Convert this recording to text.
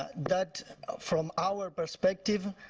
that from our perspective,